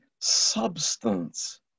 substance